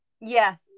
Yes